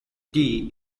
tee